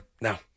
No